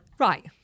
Right